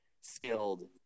skilled